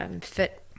fit